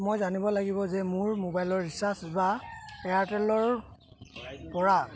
মই জানিব লাগিব যে মোৰ মোবাইলৰ ৰিচাৰ্জ বা এয়াৰটেলৰপৰা